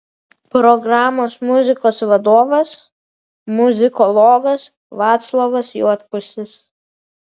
programos muzikos vadovas muzikologas vaclovas juodpusis